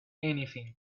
anything